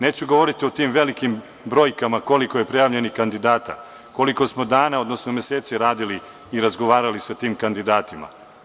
Neću govoriti o tim velikim brojkama koliko je prijavljenih kandidata, koliko smo dana, odnosno meseci radili i razgovarali sa tim kandidatima.